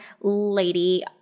lady